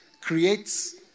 creates